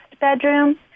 bedroom